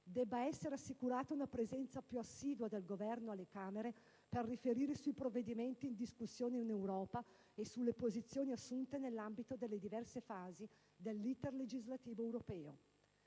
debba essere assicurata una presenza più assidua del Governo nelle Camere per riferire sui provvedimenti in discussione in Europa e sulle posizioni assunte nell'ambito delle diverse fasi dell'*iter* legislativo europeo.